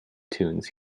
tunes